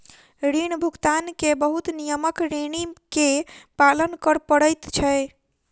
ऋण भुगतान के बहुत नियमक ऋणी के पालन कर पड़ैत छै